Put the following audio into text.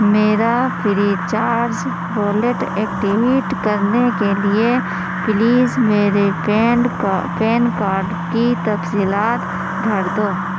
میرا free charge wallet activate کرنے کے لیے پلیز میرے پینڈ کا پین کارڈ کی تفصیلات بھر دو